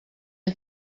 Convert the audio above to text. een